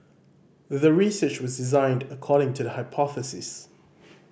the research was designed according to the hypothesis